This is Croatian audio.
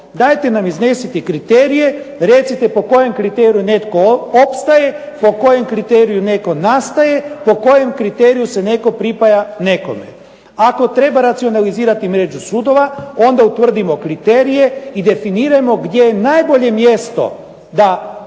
Dajete nam iznesite kriterije, recite po kojem kriteriju nekom opstaje, po kojem kriteriju netko nastaje, po kojem kriteriju se netko pripaja nekome. Ako treba racionalizirati mrežu sudova onda utvrdimo kriterije i definirajmo gdje je najbolje mjesto da